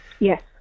Yes